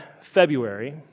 February